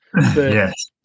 Yes